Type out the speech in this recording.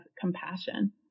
compassion